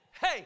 hey